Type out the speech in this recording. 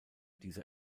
dieser